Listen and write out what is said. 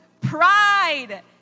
pride